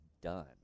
done